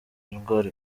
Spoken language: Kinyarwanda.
indwara